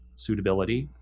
suitability,